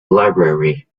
library